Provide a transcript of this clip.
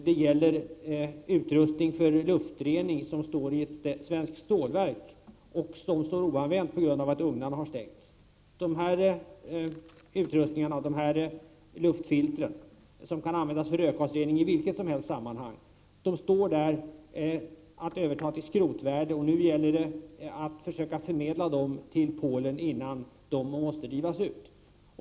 Det gäller utrustning för luftrening, som står oanvänd i ett svensk stålverk på grund av att ugnarna har stängts. Dessa luftfilter, som kan användas för rökgasrening i vilket sammanhang som helst, står där att övertas till skrotvärde. Nu gäller det att försöka förmedla dem till Polen innan de måste rivas ut.